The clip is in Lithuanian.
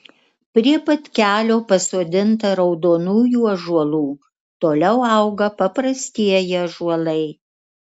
prie pat kelio pasodinta raudonųjų ąžuolų toliau auga paprastieji ąžuolai